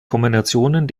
kombinationen